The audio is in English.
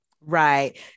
Right